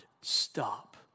stop